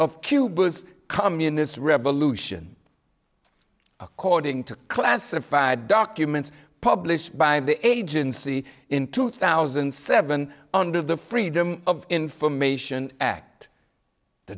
of cuba's communist revolution according to classified documents published by the agency in two thousand and seven under the freedom of information act t